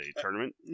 tournament